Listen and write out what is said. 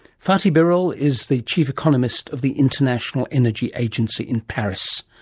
fatih birol is the chief economist of the international energy agency in paris.